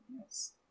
Yes